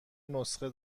نسخه